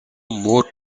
more